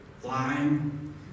flying